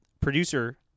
producer